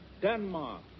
Denmark